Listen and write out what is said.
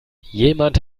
jemand